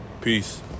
Peace